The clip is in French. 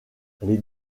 les